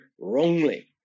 wrongly